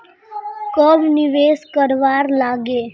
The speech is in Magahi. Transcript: कब निवेश करवार लागे?